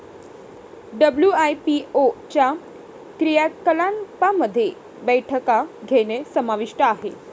WIPO च्या क्रियाकलापांमध्ये बैठका घेणे समाविष्ट आहे